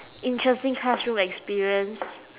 interesting classroom experience